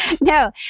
No